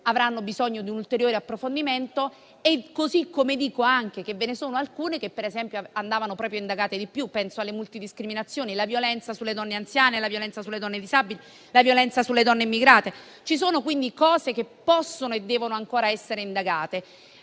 avranno bisogno di un ulteriore approfondimento. Così come dico che ve ne sono alcune che andavano indagate di più: penso alle multidiscriminazioni, alla violenza sulle donne anziane, alla violenza sulle donne disabili e sulle donne immigrate. Ci sono quindi aspetti che possono e devono ancora essere indagati.